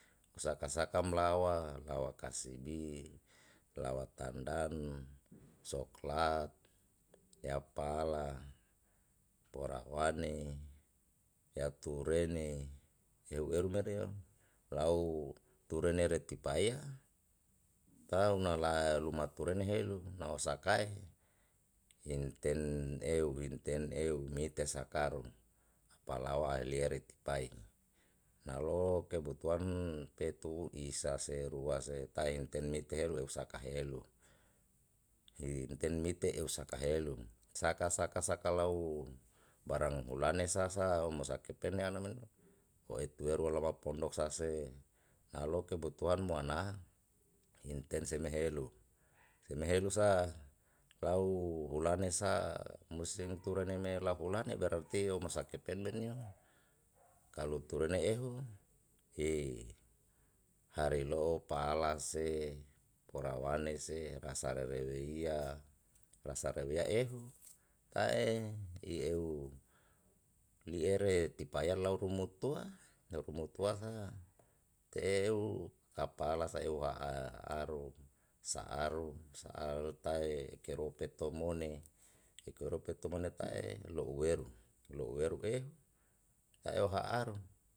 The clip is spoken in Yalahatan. Saka sakam lawa lawa kasibi lawa tandan soklat ya pala porawane yaturene uhe eru merio lau turunere tipaiya lau na la lumaturenu helu na u sakae hinten ehu rineten eu mite sakaru, apalawa iliere tipai nalo kebutuan petu isa seru rua setae hinten mite lu sakahelu himten mite eu saka helu saka saka saka lau barang ulanesasa musakepen ana maneo, ho etueru olama pondok sa se nalo kebutuhan mo ana inten seme helu seme helu sa lau hulane sa musim turune me la hulane beratio masa kepen menio kalu turune ehu hari lo'o pala se porawane se rasa rereweia rasa reweia ehu tae i eu li ere tipa yau lau rumutua na urumu tua sa te eu ka pala sa eu ha'a aru sa aru sa aru tae kero peteo mone i kero peteo mone tae lo'ueru ehu ha'aru.